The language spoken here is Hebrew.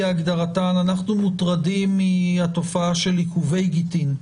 אנחנו מוטרדים מהתופעה של עיכובי גיטין.